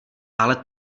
ale